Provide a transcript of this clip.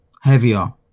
heavier